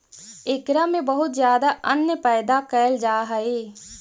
एकरा में बहुत ज्यादा अन्न पैदा कैल जा हइ